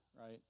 right